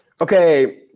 Okay